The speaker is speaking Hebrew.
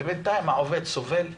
ובינתיים העובד סובל,